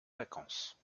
vacances